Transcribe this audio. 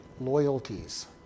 loyalties